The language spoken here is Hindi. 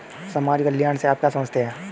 समाज कल्याण से आप क्या समझते हैं?